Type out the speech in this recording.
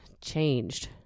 changed